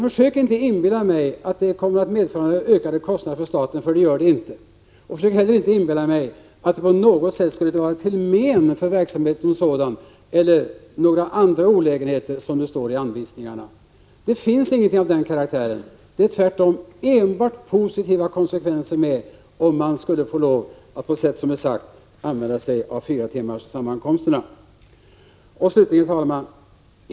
Försök inte inbilla mig att det kommer att medföra ökade kostnader för staten, därför att det gör det inte. Försök inte heller inbilla mig att det skulle vara till men för verksamheten som sådan eller medföra några andra olägenheter, som det står i anvisningarna. Det finns ingenting av den karaktären. Tvärtom får det enbart positiva konsekvenser att använda sig av fyratimmarssammankomster på sätt som är sagt. Herr talman!